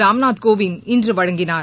ராம்நாத் கோவிந்த் இன்று வழங்கினார்